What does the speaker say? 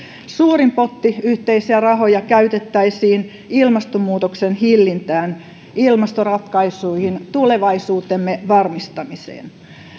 suurin potti yhteisiä rahoja käytettäisiin ilmastonmuutoksen hillintään ilmastoratkaisuihin tulevaisuutemme varmistamiseen